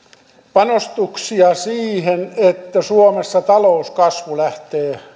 panostuksia siihen että suomessa talouskasvu lähtee